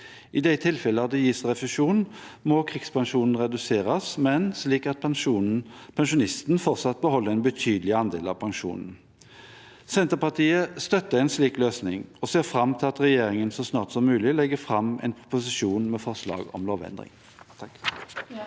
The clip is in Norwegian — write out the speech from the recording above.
I de tilfellene det gis refusjon, må krigspensjonen reduseres, men slik at pensjonisten fortsatt beholder en betydelig andel av pensjonen. Senterpartiet støtter en slik løsning og ser fram til at regjeringen så snart som mulig legger fram en proposisjon med forslag om lovendring.